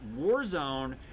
Warzone